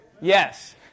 Yes